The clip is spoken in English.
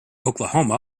oklahoma